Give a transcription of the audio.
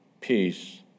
Peace